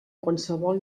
qualsevol